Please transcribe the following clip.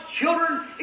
children